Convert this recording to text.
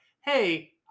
hey